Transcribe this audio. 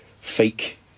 fake